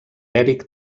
eric